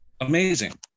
amazing